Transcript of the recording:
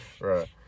Right